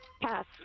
Pass